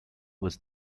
was